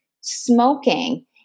smoking